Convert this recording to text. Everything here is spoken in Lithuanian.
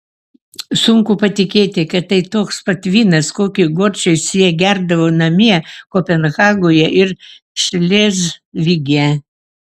sunku patikėti kad tai toks pat vynas kokį gorčiais jie gerdavo namie kopenhagoje ir šlėzvige